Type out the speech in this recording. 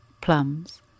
plums